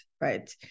right